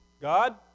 God